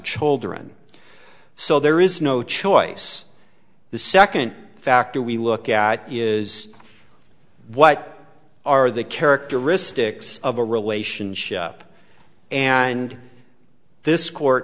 children so there is no choice the second factor we look at is what are the characteristics of a relationship and this court